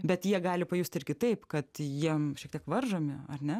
bet jie gali pajust ir kitaip kad jiem šiek tiek varžomi ar ne